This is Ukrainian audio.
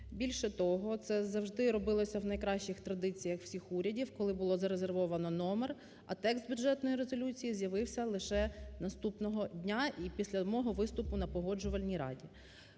Більше того, це завжди робилося в найкращих традиціях всіх урядів, коли було зарезервовано номер, а текст бюджетної резолюції з'явився лише наступного дня і після мого виступу на Погоджувальній раді.